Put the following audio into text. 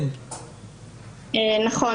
נכון.